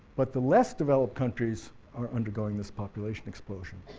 but the less developed countries are undergoing this population explosion.